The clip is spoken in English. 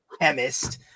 chemist